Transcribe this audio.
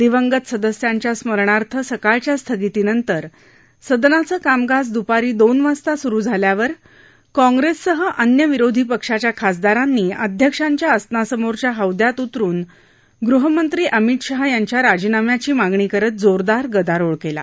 दिवंगत सदस्यांच्या स्मरणार्थ सकाळच्या स्थगितीनंतर सदनाचं कामकाज दुपारी दोन वाजता सुरू झाल्यावर काँग्रस्सह अन्य विरोधी पक्षाच्या खासदारांनी अध्यक्षांच्या आसनासमोरच्या हौद्यात उतरुन गृहमंत्री अमित शहा यांच्या राजीनाम्याची मागणी करत जोरदार गदारोळ कला